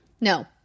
no